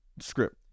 script